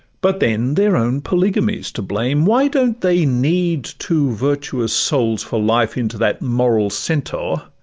but then their own polygamy s to blame why don't they knead two virtuous souls for life into that moral centaur,